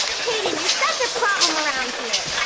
kaden you're such a problem around here!